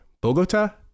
Bogota